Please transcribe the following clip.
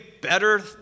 better